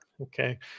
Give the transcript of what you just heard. okay